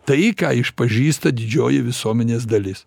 tai ką išpažįsta didžioji visuomenės dalis